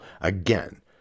again